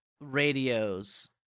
radios